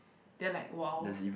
then like !wow!